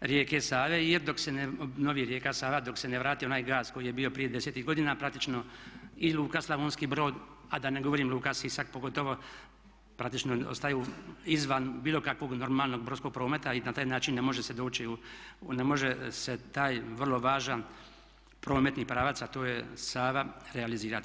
rijeke Save jer dok se ne obnovi rijeka Sava, dok se ne vrati onaj GAS koji je bio prije 10 godina praktično i luka Slavonski Brod, a da ne govorim luka Sisak pogotovo praktično ostaju izvan bilo kakvog normalnog brodskog prometa i na taj način ne može se taj vrlo važan prometni pravac sa to je Sava realizirati.